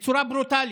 בצורה ברוטלית.